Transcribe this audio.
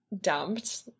dumped